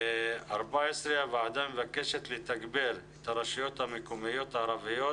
הוועדה מבקשת לתגבר את הרשויות המקומיות הערביות